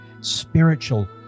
spiritual